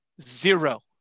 zero